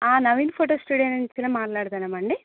Naveen photo studio నుంచి మాట్లాడుతున్నాం అండి